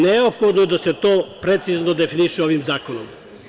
Neophodno je da se to precizno definiše ovim zakonom.